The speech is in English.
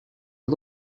are